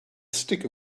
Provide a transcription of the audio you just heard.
sticker